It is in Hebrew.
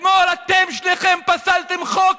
אתמול אתם שניכם פסלתם חוק